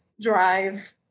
drive